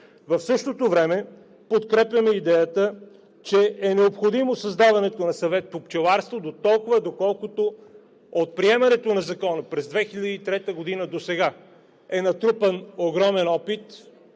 В същото време подкрепяме идеята, че е необходимо създаването на съвет по пчеларство, доколкото от приемането на Закона през 2003 г. досега е натрупан огромен опит